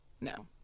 No